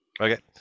Okay